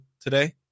today